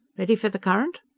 ready for the current?